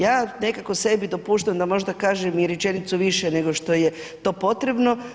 Ja nekako sebi dopuštam da možda kažem i rečenicu više nego što je to potrebo.